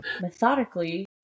methodically